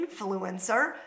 influencer